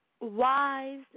wise